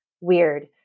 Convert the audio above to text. Weird